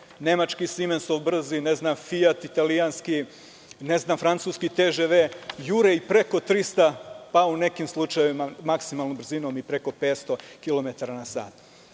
Nemački Simensov brzi voz, Fijat Italijanski, Francuski TŽV, jure i preko 300, pa u nekim slučajevima maksimalnom brzinom i preko 500 km na sat. Ne